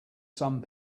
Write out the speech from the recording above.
some